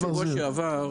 יש שלושה דברים מרכזיים.